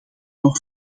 nog